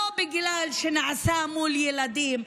לא בגלל שזה נעשה מול ילדים,